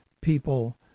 people